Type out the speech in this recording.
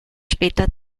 später